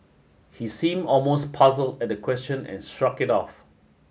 he seem almost puzzled at the question and shrugged it off